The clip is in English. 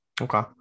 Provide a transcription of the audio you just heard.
okay